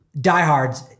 diehards